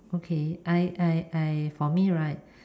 okay I I I for me right